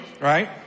Right